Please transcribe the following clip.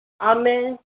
Amen